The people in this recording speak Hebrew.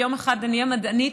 ויום אחד אני אהיה מדענית,